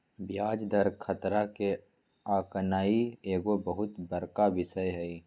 ब्याज दर खतरा के आकनाइ एगो बहुत बड़का विषय हइ